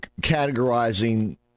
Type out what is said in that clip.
categorizing